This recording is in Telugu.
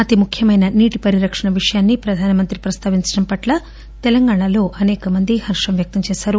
అతి ముఖ్యమైన నీటి పరిరక్షణ విషయాన్ని ప్రధానమంత్రి ప్రస్తావించడం పట్ల తెలంగాణలో అసేకమంది హర్గం వ్యక్తం చేశారు